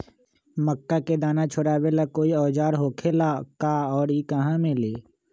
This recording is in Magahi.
मक्का के दाना छोराबेला कोई औजार होखेला का और इ कहा मिली?